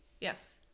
Yes